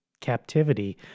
captivity